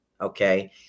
Okay